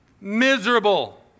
Miserable